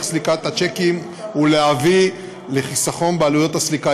סליקת השיקים ולהביא לחיסכון בעלויות הסליקה.